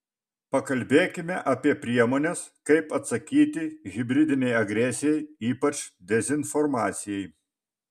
pakalbėkime apie priemones kaip atsakyti hibridinei agresijai ypač dezinformacijai